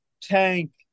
Tank